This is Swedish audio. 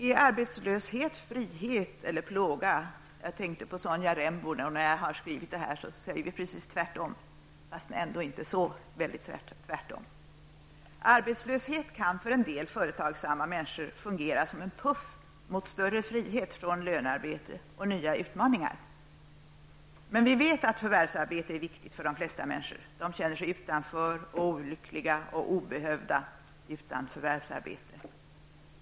Är arbetslöshet frihet eller plåga? Jag lyssnade på Sonja Rembo. Eftersom jag har skrivit detta, säger jag nästan motsatsen -- men inte helt. Arbetslöshet kan för en del företagsamma människor fungera som en puff mot större frihet från lönearbete och mot nya utmaningar. Men vi vet att förvärvsarbete är viktigt för de flesta människor. De känner sig utanför, olyckliga och obehövda utan förvärvsarbete.